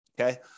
Okay